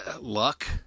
luck